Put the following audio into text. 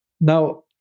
Now